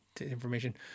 information